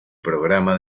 programa